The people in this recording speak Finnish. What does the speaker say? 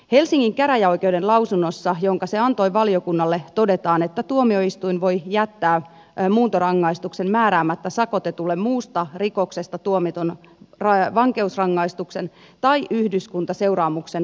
helsingin käräjäoikeuden lausunnossa jonka se antoi valiokunnalle todetaan että tuomioistuin voi jättää muuntorangaistuksen määräämättä sakotetulle muusta rikoksesta tuomitun vankeusrangaistuksen tai yhdyskuntaseuraamuksen vuoksi